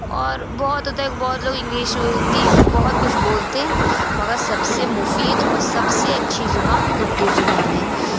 اور بہت ہوتا ہے کہ بہت لوگ انگلش ہندی بہت کچھ بولتے ہیں مگر سب سے مفید اور سب سے اچھی زبان اردو زبان ہے